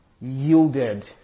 yielded